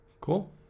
Cool